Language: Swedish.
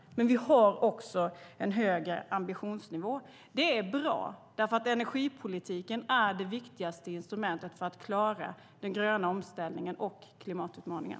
Men vi har också en högre ambitionsnivå. Det är bra, för energipolitiken är det viktigaste instrumentet för att klara den gröna omställningen och klimatutmaningen.